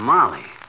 Molly